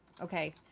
okay